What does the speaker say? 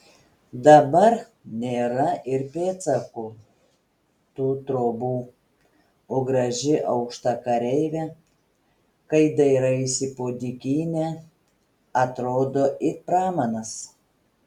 dabar nėra ir pėdsako tų trobų o graži aukšta kareivė kai dairaisi po dykynę atrodo it pramanas